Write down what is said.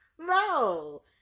No